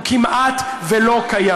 הוא כמעט שלא קיים,